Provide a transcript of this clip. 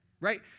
right